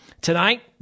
Tonight